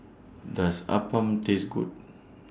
Does Appam Taste Good